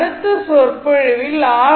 அடுத்த சொற்பொழிவில் ஆர்